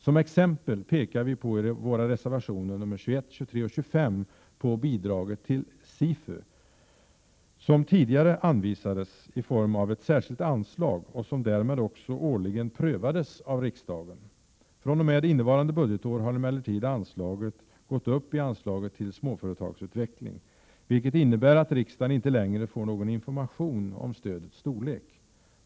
Som exempel pekar vi i våra reservationer nr 21, 23 och 25 på bidraget till SIFU, som tidigare anvisades i form av ett särskilt anslag, och som därmed också årligen prövades av riksdagen. fr.o.m. innevarande budgetår har emellertid anslaget gått upp i anslaget till småföretagsutveckling, vilket innebär att riksdagen inte längre får någon information om stödets storlek.